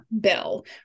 bill